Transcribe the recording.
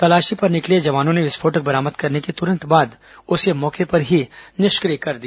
तलाशी पर निकले जवानों ने विस्फोटक बरामद करने के तुरंत बाद उसे मौके पर ही निष्क्रिय कर दिया